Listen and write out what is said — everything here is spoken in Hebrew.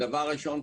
הדבר הראשון,